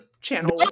channel